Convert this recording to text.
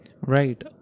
Right